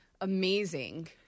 amazing